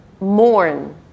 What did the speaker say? mourn